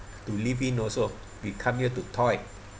to live in also we come here to toil